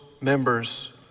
members